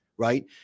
right